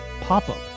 Pop-Up